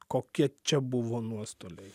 kokie čia buvo nuostoliai